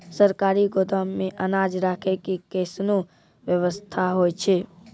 सरकारी गोदाम मे अनाज राखै के कैसनौ वयवस्था होय छै?